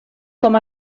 com